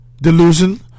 delusion